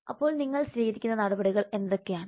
അപ്പോൾ നിങ്ങൾ സ്വീകരിക്കുന്ന നടപടികൾ എന്തൊക്കെയാണ്